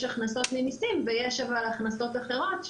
יש הכנסות ממסים אבל יש גם הכנסות אחרות,